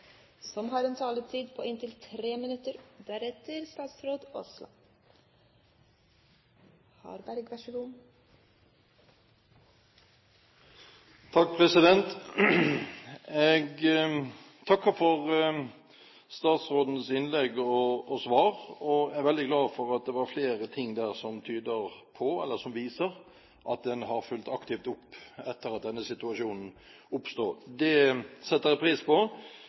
utdanning har denne ordningen sin begrensning. I tiden framover vil jeg ha en særlig oppmerksomhet på kvaliteten i høyere utdanning og hva departementet kan gjøre for å styrke dette viktige området ytterligere. Jeg takker for statsrådens innlegg og svar. Jeg er veldig glad for at det var flere ting der som viste at en har fulgt aktivt opp etter at denne situasjonen oppsto. Det setter jeg pris